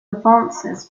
advances